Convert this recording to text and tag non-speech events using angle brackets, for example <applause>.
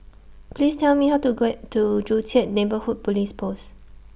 Please Tell Me How to <unintelligible> to Joo Chiat Neighbourhood Police Post